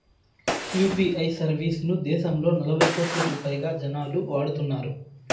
UPI service ను దేశంలో నలభై కోట్లకు పైగా జనాలు వాడుతున్నారు